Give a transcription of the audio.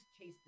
chase